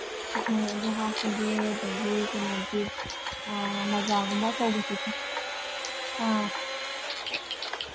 ꯑꯣ ꯑꯗꯨ ꯍꯥꯞꯄꯒꯦ ꯑꯗꯒꯤ ꯀꯩꯅꯣꯗꯤ ꯃꯖꯥꯒꯨꯝꯕ ꯑꯆꯧꯕꯗꯨꯗꯤ ꯑꯥ